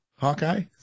Hawkeye